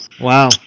wow